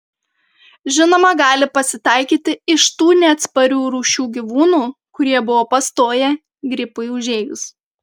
žinoma gali pasitaikyti iš tų neatsparių rūšių gyvūnų kurie buvo pastoję gripui užėjus